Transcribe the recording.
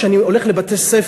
כשאני הולך לבתי-ספר,